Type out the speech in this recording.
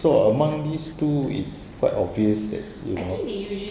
so among these two is quite obvious that you know